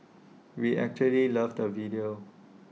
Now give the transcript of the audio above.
we actually loved the video